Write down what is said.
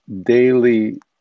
daily